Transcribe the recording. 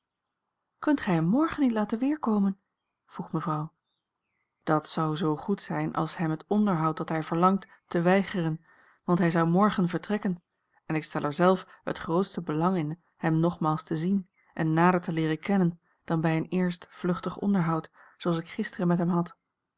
kunt gij hem morgen niet laten weerkomen vroeg mevrouw dat zou zoo goed zijn als hem het onderhoud dat hij verlangt te weigeren want hij zou morgen vertrekken en ik stel er zelf het grootste belang in hem nogmaals te zien en nader te leeren kennen dan bij een eerst vluchtig onderhoud zooals ik gisteren met hem had